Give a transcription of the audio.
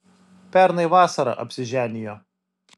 pernai vasarą apsiženijo